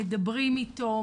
מדברים אתו,